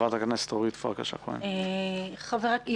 חברת הכנסת אורית פרקש הכהן, בבקשה.